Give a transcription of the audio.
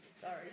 Sorry